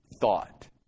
thought